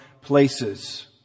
places